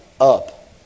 up